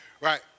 right